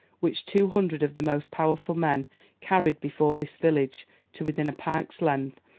which two hundred of the most powerful men carried before this village to within a pike's length,